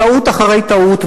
טעות אחר טעות,